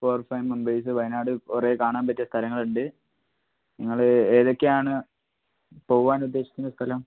four five members Wayanad കുറേ കാണാൻ പറ്റിയ സ്ഥലങ്ങൾ ഉണ്ട് നിങ്ങൾ ഏതൊക്കെയാണ് പോവാനുദ്ദേശിക്കുന്നത് സ്ഥലം